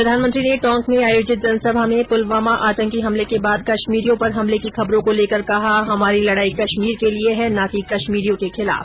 प्रधानमंत्री ने टोंक में आयोजित जनसभा में पुलवामा आतंकी हमले के बाद कश्मीरियों पर हमले की खबरों को लेकर कहा हमारी लड़ाई कश्मीर के लिए है न कि कश्मीरियों के खिलाफ